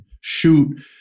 shoot